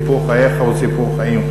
סיפור חייך הוא סיפור חיים,